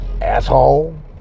Asshole